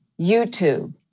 YouTube